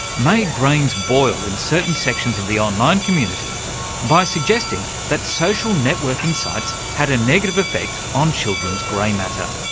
made brains boil in certain sections of the online community by suggesting that social networking sites had a negative effect on children's grey matter.